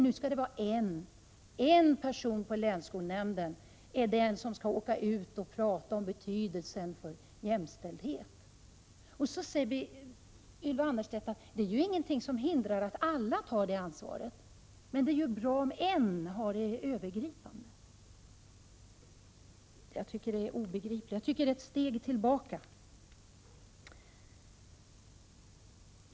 Nu skall en person på länsskolnämnden åka ut och prata om betydelsen av jämställdhet. Ylva Annerstedt säger att ingenting hindrar att alla tar detta ansvar, men att det är bra om en person har det övergripande ansvaret. Jag tycker att det är obegripligt. Detta är ett steg tillbaka.